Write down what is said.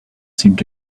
seemed